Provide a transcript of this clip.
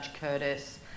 Curtis